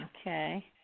Okay